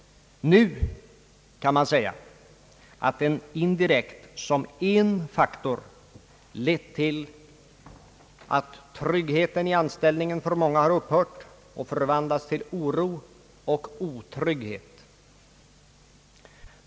Nu kan man säga att den indirekt som en faktor lett till att tryggheten i anställningen för många har upphört och förvandlats till oro och otrygghet.